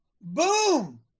Boom